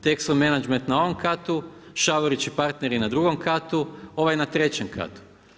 Texo Menagement na ovom katu, Šavrić i partneri na drugom katu, ovaj na trećem katu.